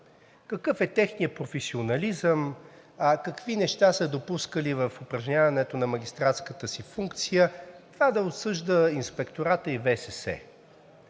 Какъв е техният професионализъм, какви неща са допускали в упражняването на магистратската си функция, това да отсъжда Инспекторатът и ВСС.